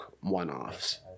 one-offs